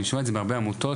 אני שומע את זה מהרבה עמותות,